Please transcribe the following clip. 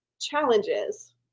challenges